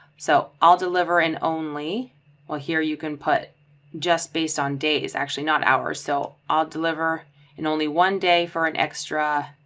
so i'll deliver an only or here you can put just based on days, actually not hour, so i'll deliver in only one day for an extra